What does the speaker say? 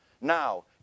Now